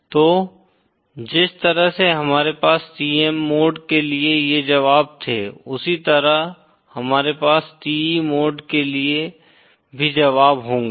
तो जिस तरह से हमारे पास TM मोड के लिए ये जवाब थे उसी तरह हमारे पास TE मोड के लिए भी जवाब होंगे